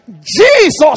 Jesus